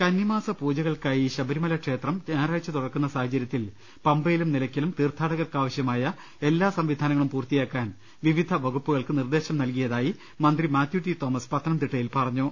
കന്നിമാസ പൂജകൾക്കായി ശബരിമല ക്ഷേത്രം ഞായ റാഴ്ച തുറക്കുന്ന സാഹചര്യത്തിൽ പമ്പയിലും നില യ്ക്കലും തീർത്ഥാടകർക്കാവശ്യമായ എല്ലാ സംവിധാനങ്ങളും പൂർത്തിയാക്കാൻ വിവിധ വകുപ്പു കൾക്ക് നിർദ്ദേശം നൽകിയതായി മന്ത്രി മാത്യു ടി തോമസ് പത്തനംതിട്ടയിൽ പറഞ്ഞു